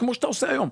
כמו שאתה עושה היום.